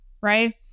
right